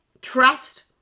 Trust